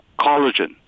collagen